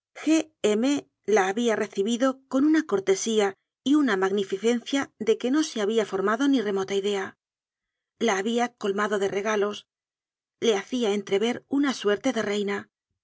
la había recibido con una cortesía y una magnificencia de que no se había formado ni remota idea la había colmado de regalos le hacía entrever una suerte de reina